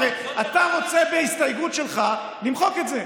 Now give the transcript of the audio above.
הרי אתה רוצה בהסתייגות שלך למחוק את זה,